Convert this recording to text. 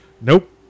nope